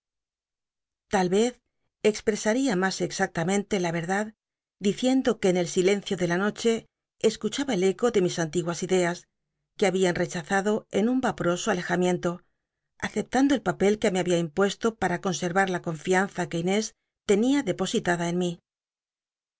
l'al vez expresal'ia mas exactamente la venlacl diciendo que en el silencio de la noche e cuchaba el ceo de mis antiguas ideas que había tcchazado en un vaporoso alejamiento aceptando el papel que me había impuesto pa ra conserrar la con nanzn que inés tenia depositada en mí